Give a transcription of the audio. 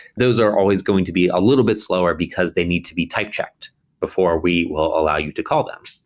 those are always going to be a little bit slower because they need to be type checked before we will allow you to call them.